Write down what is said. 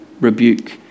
rebuke